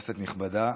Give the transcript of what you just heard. נכבדה,